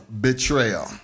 betrayal